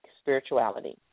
Spirituality